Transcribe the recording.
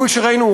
כפי שראינו,